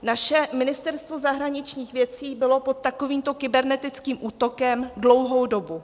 Naše Ministerstvo zahraničních věcí bylo pod takovýmto kybernetickým útokem dlouhou dobu.